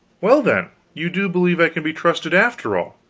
well, then you do believe i can be trusted, after all.